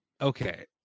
Okay